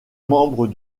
membres